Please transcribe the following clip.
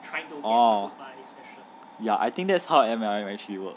oh ya I think that's how M_L_M actually work